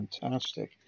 fantastic